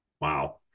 Wow